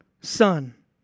son